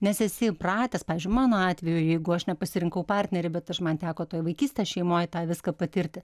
nes esi įpratęs pavyzdžiui mano atveju jeigu aš nepasirinkau partnerį bet aš man teko toj vaikystės šeimoj tą viską patirti